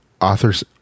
authors